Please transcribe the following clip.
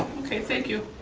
okay, thank you.